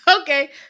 okay